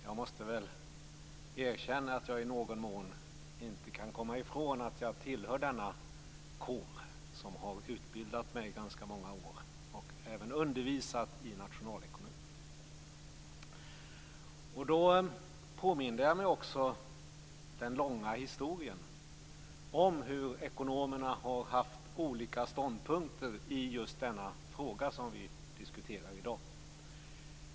Jag måste väl erkänna att jag i någon mån inte kan komma ifrån att jag tillhör denna kår, som har utbildat mig under ganska många år, och jag har även undervisat i nationalekonomi. Jag påminde mig också den långa historien om hur ekonomerna har haft olika ståndpunkter i just den fråga som vi diskuterar i dag.